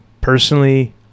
personally